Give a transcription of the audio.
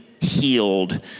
healed